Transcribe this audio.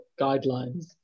guidelines